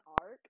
arc